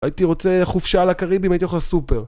הייתי רוצה חופשה על הקריביים, הייתי אוכל סופר